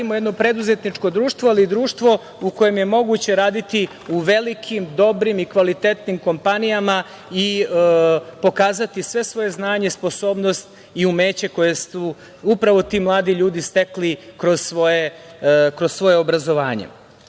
jedno preduzetničko društvo, ali društvo u kojem je moguće raditi u velikim, dobrim i kvalitetnim kompanijama i pokazati sve svoje znanje, sposobnost i umeće koje su upravo ti mladi ljudi stekli kroz svoje obrazovanje.